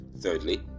Thirdly